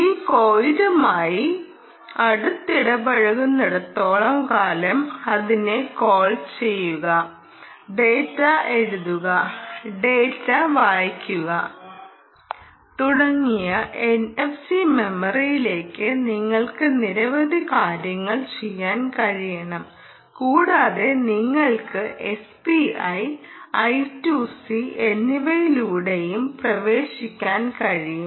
ഈ കോയിലുമായി അടുത്തിടപഴകുന്നിടത്തോളം കാലം അതിനെ കോൾ ചെയ്യുക ഡാറ്റ എഴുതുക ഡാറ്റ വായിക്കുക തുടങ്ങിയ എൻഎഫ്സി മെമ്മറിയിലേക്ക് നിങ്ങൾക്ക് നിരവധി കാര്യങ്ങൾ ചെയ്യാൻ കഴിയണം കൂടാതെ നിങ്ങൾക്ക് എസ്പിഐ ഐ 2 സി എന്നിവയിലൂടെയും പ്രവേശിക്കാൻ കഴിയും